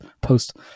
post